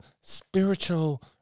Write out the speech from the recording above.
spiritual